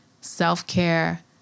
self-care